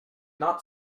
not